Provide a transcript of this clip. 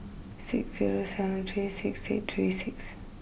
six zero seven three six eight three six